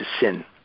sin